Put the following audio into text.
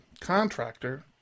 contractor